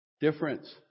difference